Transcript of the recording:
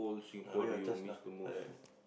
ah where your C_H_A_S nah like that